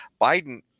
biden